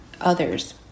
others